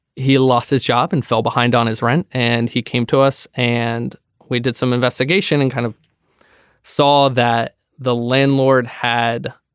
he lost his job and fell behind on his rent and he came to us and we did some investigation and kind of saw that the landlord had